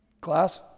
class